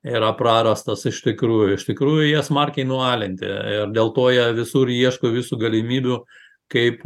yra prarastas iš tikrųjų iš tikrųjų jie smarkiai nualinti ir dėl to jie visur ieško visų galimybių kaip